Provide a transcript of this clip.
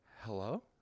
Hello